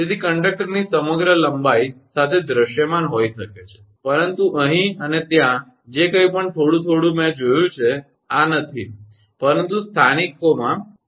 તેથી કંડક્ટરની સમગ્ર લંબાઈ સાથે દૃશ્યમાન હોઈ શકે છે પરંતુ અહીં અને ત્યાં જે કંઇ પણ થોડું થોડું જોયું છે મેં આ જોયું નથી પરંતુ સ્થાનિકમાં મેં તે જોયું છે બરાબર